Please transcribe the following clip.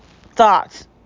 thoughts